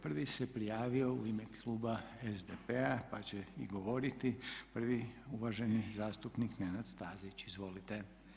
Prvi se prijavio u ime kluba SDP-a pa će i govoriti prvi uvaženi zastupnik Nenad Stazić, izvolite.